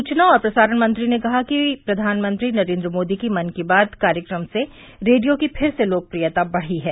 सूचना और प्रसारण मंत्री ने कहा कि प्रधानमंत्री नरेन्द्र मोदी की मन की बात कार्यक्रम से रेडियो की फिर से लोकप्रियता बढ़ी है